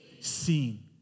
seen